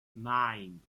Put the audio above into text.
nine